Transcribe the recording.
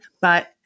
but-